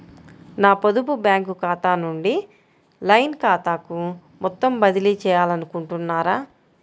నా పొదుపు బ్యాంకు ఖాతా నుంచి లైన్ ఖాతాకు మొత్తం బదిలీ చేయాలనుకుంటున్నారా?